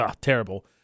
terrible